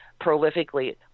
prolifically